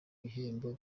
bihembo